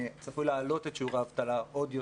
שצפוי להעלות את שיעור האבטלה עוד יותר.